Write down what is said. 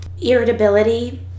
Irritability